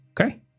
Okay